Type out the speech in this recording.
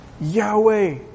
Yahweh